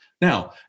Now